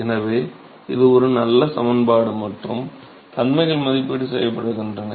எனவே இது ஒரு நல்ல சமன்பாடு மற்றும் தன்மைகள் மதிப்பீடு செய்யப்படுகின்றன